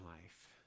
life